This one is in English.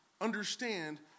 understand